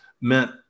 meant